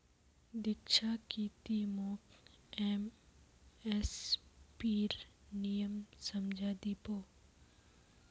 दीक्षा की ती मोक एम.एस.पीर नियम समझइ दी बो